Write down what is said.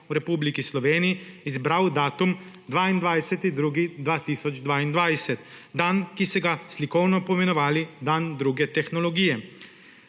v Republiki Sloveniji izbral datum 22. 2. 2022; dan, ki se ga slikovno poimenovali dan druge tehnologije.